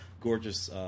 Gorgeous